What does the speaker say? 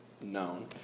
known